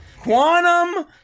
Quantum